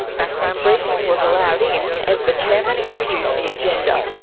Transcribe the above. ah background briefing was allowed in as the chairman introduced the agenda.